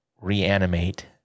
reanimate